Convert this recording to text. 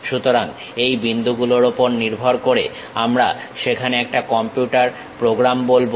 সুতরাং এই বিন্দুগুলোর উপর নির্ভর করে আমরা সেখানে একটা কম্পিউটার প্রোগ্রাম বলবো